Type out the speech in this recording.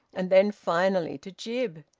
and then finally to jib.